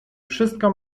wszystko